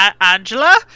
Angela